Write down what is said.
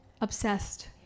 obsessed